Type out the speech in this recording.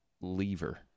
Lever